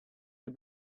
the